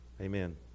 Amen